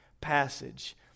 passage